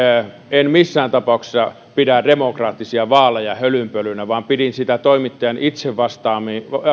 en missään tapauksessa pidä demokraattisia vaaleja hölynpölynä vaan pidin hölynpölynä toimittajan itse